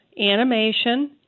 animation